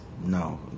no